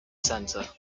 centre